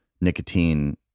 nicotine